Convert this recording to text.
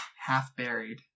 half-buried